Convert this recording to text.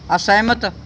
ਅਸਹਿਮਤ